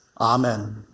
amen